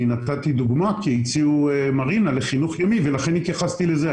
אני נתתי דוגמה כי הציעו מרינה לחינוך ימי ולכן התייחסתי לזה.